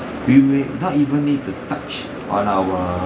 we we not even need to touch on our